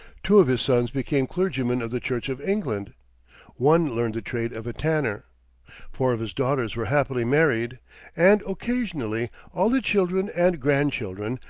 two of his sons became clergymen of the church of england one learned the trade of a tanner four of his daughters were happily married and, occasionally, all the children and grandchildren,